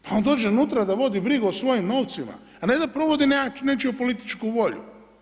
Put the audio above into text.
Pa on dođe unutra da vodi brigu o svojim novcima a ne da provodi nečiju političku volju.